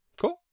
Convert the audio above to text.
cool